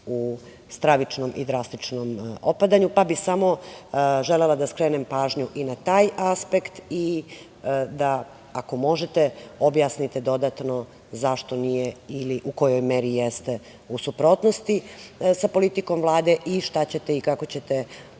u stravičnom i drastičnom opadanju, pa bi samo želela da skrenem pažnju i na taj aspekt i da ako možete objasnite dodatno zašto nije ili u kojoj meri jeste u suprotnosti sa politikom Vlade i šta ćete i kako ćete